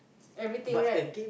everything right